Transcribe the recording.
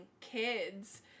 kids